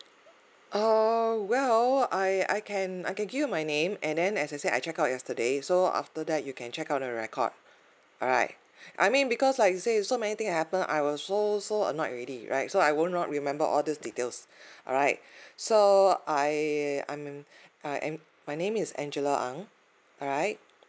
err well I I can I can give you my name and then as I said I check out yesterday so after that you can check on the record alright I mean because like you said so many things had happen I was so so annoyed already right so I would not remember all these details alright so I I am I am my name is angela ang alright